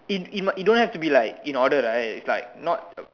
in in it don't have to be like in order right it's like not a